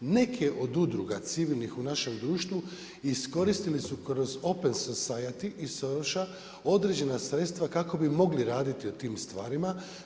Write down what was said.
Neke od udruga civilnih u našem društvu iskoristili su kroz opens society i … određena sredstva kako bi mogli raditi u tim stvarima.